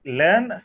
learn